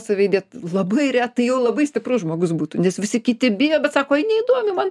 save įdėt labai retai jau labai stiprus žmogus būtų nes visi kiti bijo bet sako ai neįdomi man